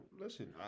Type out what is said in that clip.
Listen